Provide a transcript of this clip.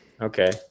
Okay